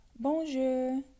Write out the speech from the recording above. bonjour